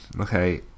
Okay